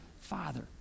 father